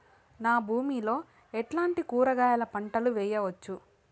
నా భూమి లో ఎట్లాంటి కూరగాయల పంటలు వేయవచ్చు?